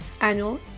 annual